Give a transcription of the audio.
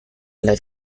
alla